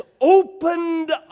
opened